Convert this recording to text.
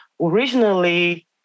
originally